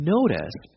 Notice